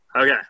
Okay